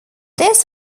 this